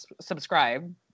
subscribe